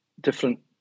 different